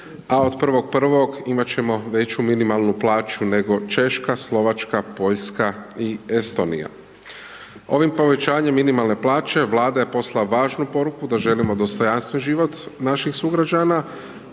a od 1.1. imat ćemo veću minimalnu plaću nego Češka, Slovačka, Poljska i Estonija. Ovim povećanjem minimalne plaće, Vlada je poslala važnu poruku da želimo dostojanstven život naših sugrađana